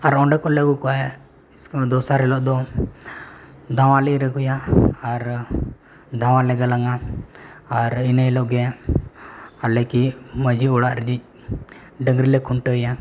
ᱟᱨ ᱚᱸᱰᱮ ᱠᱷᱚᱱ ᱞᱮ ᱟᱹᱜᱩ ᱠᱚᱣᱟ ᱫᱚᱥᱟᱨ ᱦᱤᱞᱚᱜ ᱫᱚ ᱫᱷᱟᱶᱟ ᱞᱮ ᱤᱨ ᱟᱹᱜᱩᱭᱟ ᱟᱨ ᱫᱷᱟᱶᱟ ᱞᱮ ᱜᱟᱞᱟᱝᱟ ᱟᱨ ᱤᱱᱟᱹ ᱦᱤᱞᱚᱜ ᱜᱮ ᱟᱞᱮ ᱠᱤ ᱢᱟᱺᱡᱷᱤ ᱚᱲᱟᱜ ᱨᱤᱱᱤᱡ ᱰᱟᱹᱝᱨᱤᱞᱮ ᱠᱷᱩᱱᱴᱟᱹᱣᱮᱭᱟ